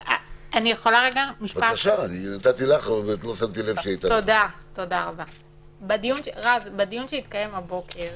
רז, בדיון שהתקיים הבוקר